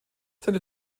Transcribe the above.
seine